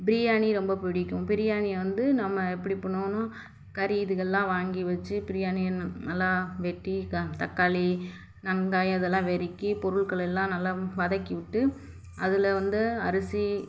பிரியாணி ரொம்ப பிடிக்கும் பிரியாணியை வந்து நம்ம எப்படி பண்ணுவோம்னா கறி இதுகள்லாம் வாங்கி வச்சி பிரியாணி நல் நல்லா வெட்டி த தக்காளி வெங்காயம் இதல்லாம் வெறுக்கி பொருள்களெல்லாம் நல்லா வதக்கி விட்டு அதில் வந்து அரிசி